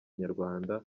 inyarwanda